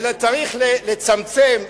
וצריך לצמצם,